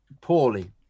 poorly